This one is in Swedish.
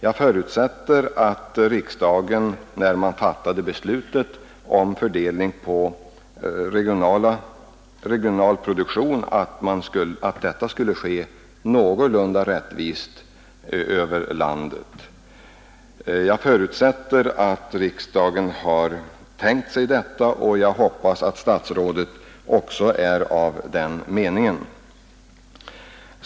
Jag förutsätter att riksdagen, när beslutet fattades om den regionala produktionen, avsåg att denna skulle fördelas någorlunda rättvist över landet. Jag förutsätter att riksdagen har tänkt sig detta, och jag hoppas att statsrådet också är av den meningen.